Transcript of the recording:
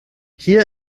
hier